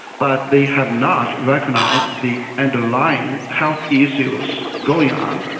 but they have not recognised the underlying health issues going on.